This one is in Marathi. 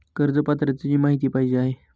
कर्ज पात्रतेची माहिती पाहिजे आहे?